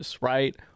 right